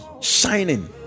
shining